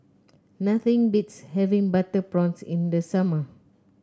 nothing beats having Butter Prawns in the summer